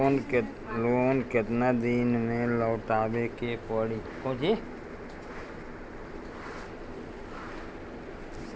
Loan केतना दिन में लौटावे के पड़ी?